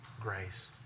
grace